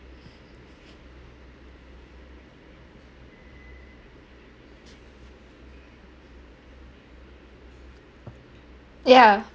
yeah